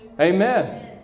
Amen